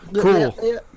cool